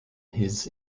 his